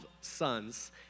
sons